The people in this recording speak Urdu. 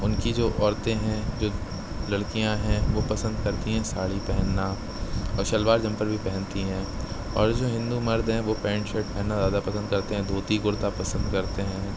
ان کی جو عورتیں ہیں جو لڑکیاں ہیں وہ پسند کرتی ہیں ساڑی پہننا اور شلوار جمپر بھی پہننتی ہیں اور جو ہندو مرد ہیں وہ پینٹ شرٹ پہننا زیادہ پسند کرتے ہیں دھوتی کرتا پسند کرتے ہیں